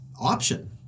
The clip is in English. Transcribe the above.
option